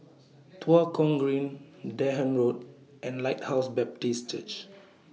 Tua Kong Green Dahan Road and Lighthouse Baptist Church